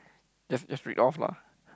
just just read off lah